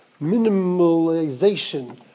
minimalization